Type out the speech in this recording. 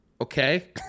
okay